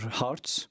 hearts